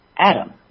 Adam